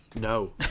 no